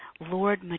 Lord